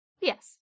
Yes